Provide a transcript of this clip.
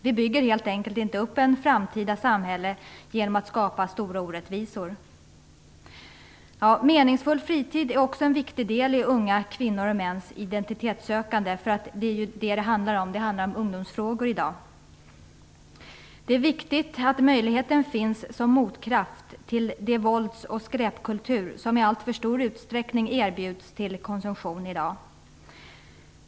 Vi bygger helt enkelt inte upp ett framtida samhälle genom att skapa stora orättvisor. Meningsfull fritid är också en viktig del i unga kvinnor och mäns identitetssökande. Det handlar om ungdomsfrågor i dag. Det är viktigt att det finns en motkraft till den vålds och skräpkultur som i alltför stor utsträckning erbjuds till konsumtion i dag.